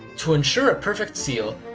to ensure a perfect seal,